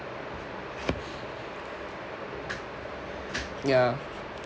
ya